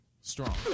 strong